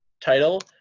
title